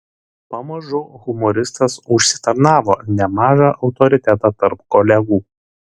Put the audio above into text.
pamažu humoristas užsitarnavo nemažą autoritetą tarp kolegų